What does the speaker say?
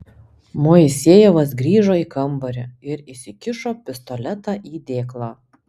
moisejevas grįžo į kambarį ir įsikišo pistoletą į dėklą